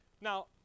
Now